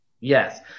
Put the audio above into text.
Yes